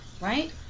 right